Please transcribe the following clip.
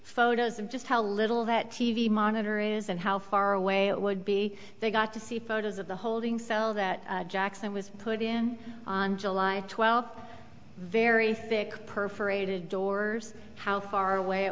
photos of just how little that t v monitor is and how far away it would be they got to see photos of the holding cell that jackson was put in on july twelfth very thick perforated doors how far away it